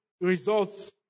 results